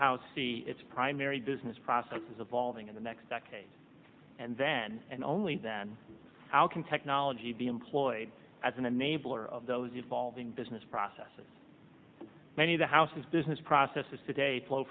house see its primary business processes of valving in the next decade and then and only then how can technology be employed as an enabler of those evolving business processes many of the houses business processes today flow